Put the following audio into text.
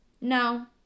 No